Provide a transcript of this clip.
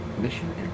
Mission